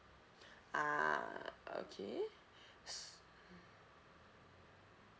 ah okay s~ mm